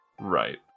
Right